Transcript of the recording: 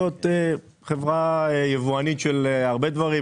חברה יבואנית של הרבה דברים.